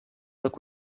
look